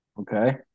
Okay